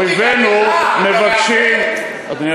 אויבינו מבקשים, מוטי,